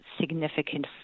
significant